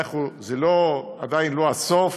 זה עדיין לא הסוף,